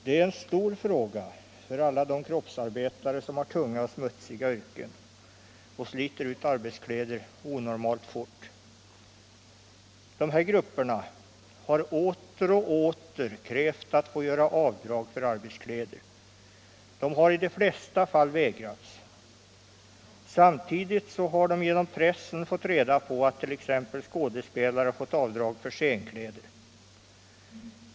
Det är en stor fråga för alla de kroppsarbetare som Viss avdragsrätt för har tunga och smutsiga yrken och sliter ut arbetskläder onormalt fort. kostnader för Dessa grupper har åter och åter krävt att få göra avdrag för arbetskläder. = arbetskläder De har i de flesta fall vägrats. Samtidigt har de genom pressen fått reda på t.ex. att skådespelare fått avdrag för scenkläder.